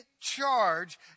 charge